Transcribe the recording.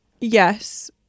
Yes